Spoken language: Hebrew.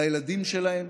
על הילדים שלהם.